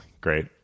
great